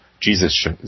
Jesus